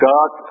God